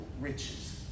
riches